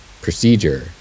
procedure